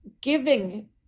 giving